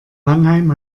mannheim